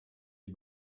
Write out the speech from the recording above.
les